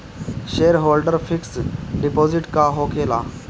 Shareholder fix deposit का होखे ला?